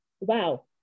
wow